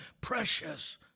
precious